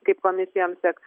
kaip komisijom seksis